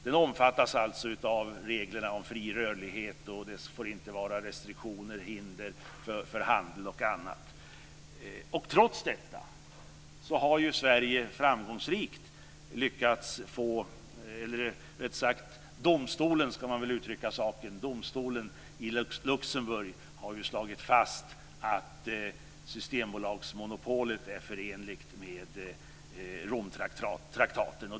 Den omfattas alltså av reglerna om fri rörlighet, och det får inte finnas några restriktioner och hinder för handel och annat. Trots detta har domstolen i Luxemburg slagit fast att Systembolagsmonopolet är förenligt med Romtraktaten.